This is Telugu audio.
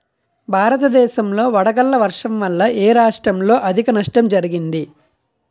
భారతదేశం లో వడగళ్ల వర్షం వల్ల ఎ రాష్ట్రంలో అధిక నష్టం జరిగింది?